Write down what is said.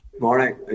morning